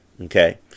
okay